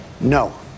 No